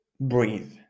Breathe